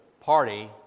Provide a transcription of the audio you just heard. party